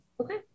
Okay